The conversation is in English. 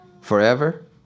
Forever